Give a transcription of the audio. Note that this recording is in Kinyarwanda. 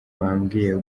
bambwiye